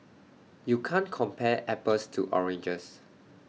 you can't compare apples to oranges